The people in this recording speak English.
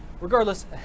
Regardless